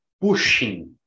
pushing